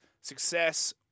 Success